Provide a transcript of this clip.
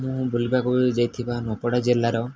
ମୁଁ ବୁଲିବାକୁ ଯାଇଥିବା ନୂଆପଡ଼ା ଜିଲ୍ଲାର